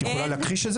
את יכולה להכחיש את זה?